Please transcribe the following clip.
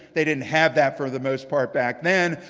they didn't have that, for the most part, back then.